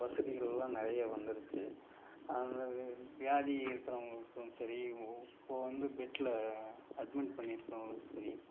வசதிகள்லாம் நிறைய வந்துருச்சு அந்த வி வியாதி இருக்கிறவங்களுக்கும் சரி இப்போது வந்து பெட்ல அட்மிட் பண்ணிருக்கவங்களும் சரி